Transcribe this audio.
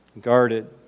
guarded